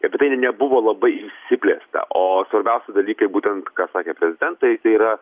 apie tai ne nebuvo labai išsiplėsta o svarbiausi dalykai būtent ką sakė prezidentai tai yra